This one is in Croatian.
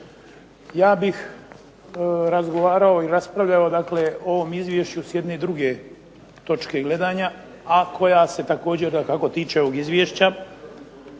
Ja bih razgovarao i raspravljao dakle o ovom izvješću s jedne druge točke gledanja, a koja se također dakako tiče ovog izvješća